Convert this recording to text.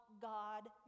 God